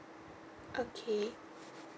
okay